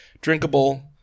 drinkable